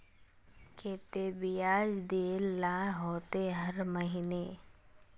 केते बियाज देल ला होते हर महीने?